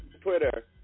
Twitter